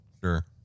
Sure